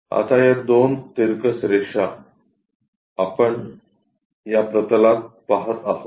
आता या दोन तिरकस रेषा आपण या प्रतलात पाहत आहोत